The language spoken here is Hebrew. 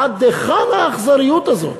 עד היכן האכזריות הזאת?